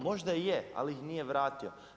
Možda i je, ali ih nije vratio.